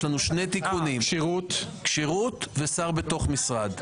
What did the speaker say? יש לנו שני תיקונים כשירות ושר בתוך משרד.